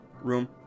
room